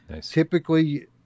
typically